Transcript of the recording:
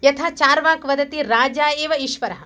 यथा चार्वाकः वदति राजा एव ईश्वरः